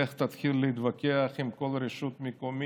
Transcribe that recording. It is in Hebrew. לך תתחיל להתווכח עם כל רשות מקומית,